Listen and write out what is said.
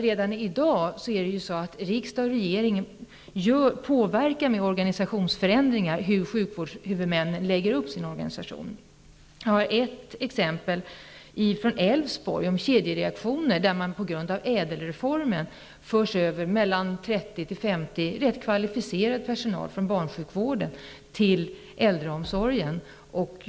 Redan i dag påverkar riksdag och regering med organisationsförändringar hur sjukvårdshuvudmännen lägger upp sin organisation. Jag har ett exempel från Älvsborg på kedjereaktioner, där man på grund av ÄDEL reformen fört över 30--50 personer av den kvalificerade personalen från barnsjukvården till äldreomsorgen.